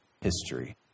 history